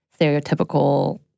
stereotypical